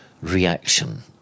reaction